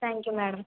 thank you madam